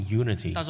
unity